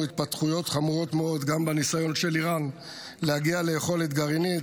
התפתחויות חמורות מאוד: גם בניסיון של איראן להגיע ליכולת גרעינית,